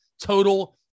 total